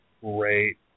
great